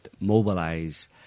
mobilize